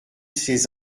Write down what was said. ses